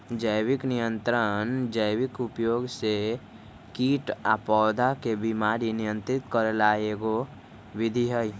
जैविक नियंत्रण जैविक उपयोग से कीट आ पौधा के बीमारी नियंत्रित करे के एगो विधि हई